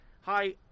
hi